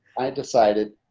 i decided,